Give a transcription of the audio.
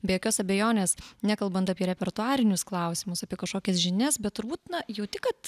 be jokios abejonės nekalbant apie repertuarinius klausimus apie kašokias žinias bet turbūt na jauti kad